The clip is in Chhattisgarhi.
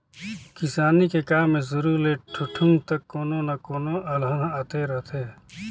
किसानी के काम मे सुरू ले ठुठुंग तक कोनो न कोनो अलहन आते रथें